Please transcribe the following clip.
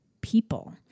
people